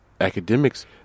academics